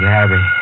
Gabby